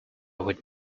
would